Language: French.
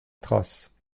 trace